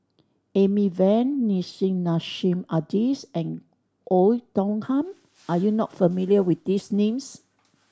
Amy Van Nissim Nassim Adis and Oei Tiong Ham are you not familiar with these names